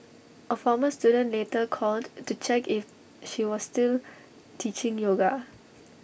A former student later called to check if she was still teaching yoga